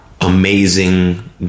amazing